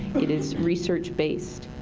it is research-based.